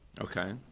Okay